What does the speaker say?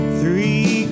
three